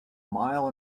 mile